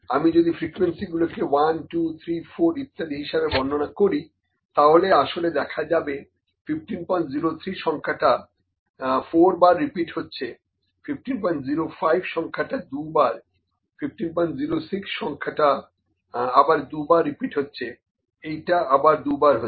আমি যদি ফ্রিকোয়েন্সিগুলোকে 1 2 3 4 ইত্যাদি হিসাবে বর্ণনা করি তাহলে আসলে দেখা যাবে 1503 সংখ্যাটি 4 বার রিপিট হচ্ছে 1505 সংখ্যাটি 2 বার 1506 সংখ্যাটি আবার 2 বার রিপিট হচ্ছে এইটা আবার 2 বার হচ্ছে